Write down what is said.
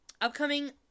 Upcoming